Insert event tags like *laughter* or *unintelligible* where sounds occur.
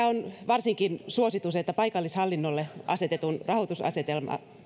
*unintelligible* on varsinkin suositus että paikallishallinnolle asetetun rahoitusasematavoitteen